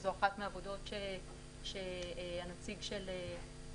שזו אחת העבודות שהנציג של אמישראגז